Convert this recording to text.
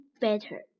better